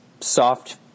soft